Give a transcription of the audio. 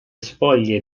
spoglie